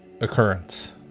occurrence